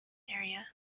area